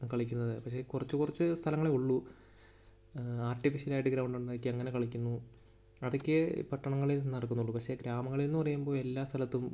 കളിക്കുന്നത് പക്ഷെ കുറച്ച് കുറച്ച് സ്ഥലങ്ങളെ ഉള്ളൂ ആർട്ടിഫിഷ്യലായിട്ട് ഗ്രൗണ്ടുണ്ടാക്കി അങ്ങനെ കളിക്കുന്നു അതൊക്കെയേ പട്ടണങ്ങളിൽ നടക്കുന്നുള്ളു പക്ഷെ ഗ്രാമങ്ങളിൽ എന്നു പറയുമ്പോൾ എല്ലാ സ്ഥലത്തും